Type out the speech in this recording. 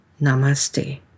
Namaste